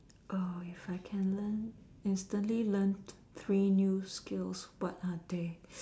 oh if I can learn instantly learn three new skills what are they